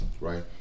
right